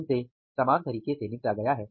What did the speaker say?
उनसे समान तरीके से निबटा गया है